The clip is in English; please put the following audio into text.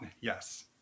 yes